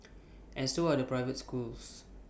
and so are the private schools